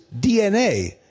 DNA